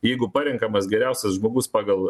jeigu parenkamas geriausias žmogus pagal